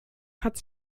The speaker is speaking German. hat